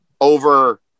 over